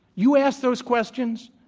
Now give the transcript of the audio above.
you ask those questions,